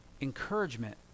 encouragement